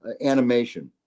animation